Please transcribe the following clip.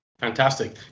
Fantastic